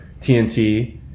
TNT